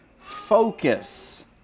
focus